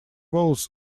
walls